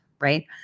Right